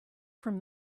from